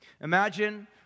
Imagine